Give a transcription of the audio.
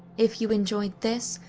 if you enjoyed this,